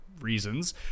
reasons